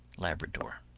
labrador.